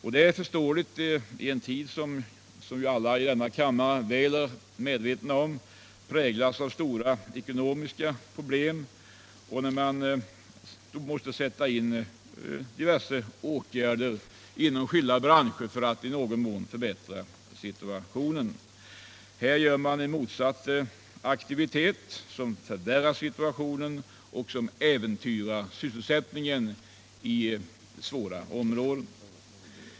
Detta är förståeligt i en tid, som -— vilket alla i kammaren är väl medvetna om — präglas av stora ekonomiska problem och då man måste sätta in diverse åtgärder inom skilda branscher för att i någon mån förbättra situationen. Här går man den motsatta vägen. Man förvärrar situationen och äventyrar sysselsättningen i besvärliga områden.